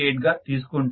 8గా తీసుకుంటాను